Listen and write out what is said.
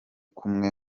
kumwe